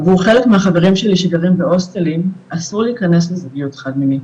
עבור חלק מהחברים שלי שגרים בהוסטלים אסור להיכנס לזוגיות חד מינית,